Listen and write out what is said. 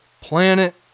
planet